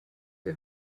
wir